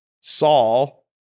Saul